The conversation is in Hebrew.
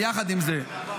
עם זאת,